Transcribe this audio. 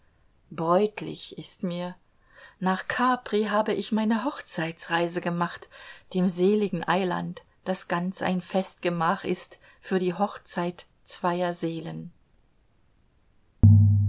bräutlich ist mir nach capri habe ich meine hochzeitsreise gemacht dem seligen eiland das ganz ein festgemach ist für die hochzeit zweier seelen